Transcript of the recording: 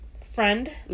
friend